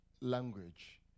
language